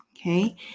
Okay